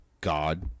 God